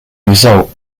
result